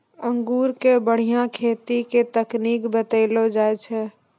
अंगूर के बढ़िया खेती के तकनीक बतइलो जाय छै